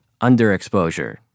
underexposure